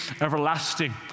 everlasting